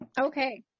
Okay